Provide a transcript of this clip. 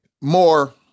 more